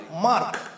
Mark